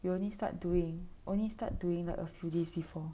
you only start doing only start doing a few days before